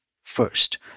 first